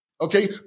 Okay